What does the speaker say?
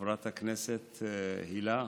לחברת הכנסת הילה,